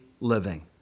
living